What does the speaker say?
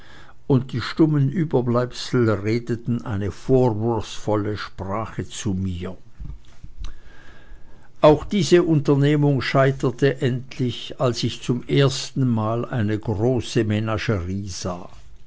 und die stummen überbleibsel redeten eine vorwurfsvolle sprache zu mir auch diese unternehmung scheiterte endlich als ich zum ersten male eine große